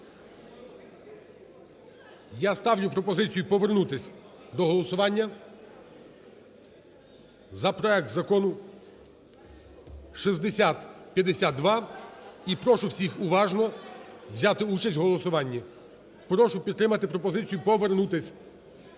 Я ставлю пропозицію повернутися до голосування за проект закону 6052 і прошу всіх уважно взяти участь в голосуванні. Прошу підтримати пропозицію повернутися, прошу голосувати,